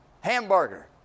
hamburger